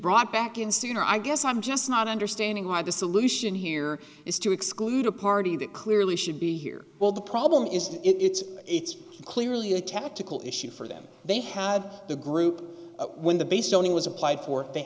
brought back in sooner i guess i'm just not understanding why the solution here is to exclude a party that clearly should be here well the problem is that it's it's clearly a tactical issue for them they had the group when the base only was applied for they